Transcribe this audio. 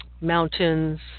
mountains